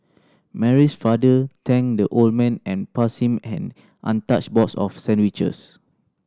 Mary's father thanked the old man and passed him an untouched box of sandwiches